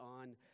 on